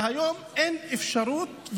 והיום אין אפשרות.